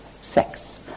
sex